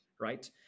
right